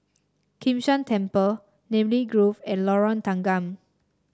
Kim San Temple Namly Grove and Lorong Tanggam